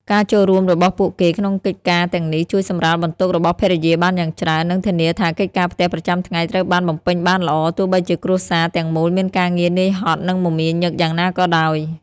ការចូលរួមរបស់ពួកគេក្នុងកិច្ចការទាំងនេះជួយសម្រាលបន្ទុករបស់ភរិយាបានយ៉ាងច្រើន និងធានាថាកិច្ចការផ្ទះប្រចាំថ្ងៃត្រូវបានបំពេញបានល្អ ទោះបីជាគ្រួសារទាំងមូលមានការងារនឿយហត់ និងមមាញឹកយ៉ាងណាក៏ដោយ។